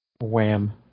Wham